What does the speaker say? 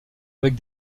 avec